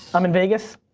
i'm in vegas?